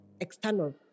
external